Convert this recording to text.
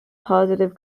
positive